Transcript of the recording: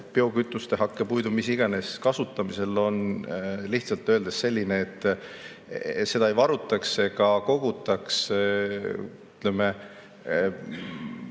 biokütuste, hakkepuidu ja mille iganes kasutamisel on lihtsalt öeldes selline, et seda ei varutaks ega kogutaks, ütleme,